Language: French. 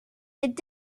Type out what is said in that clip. est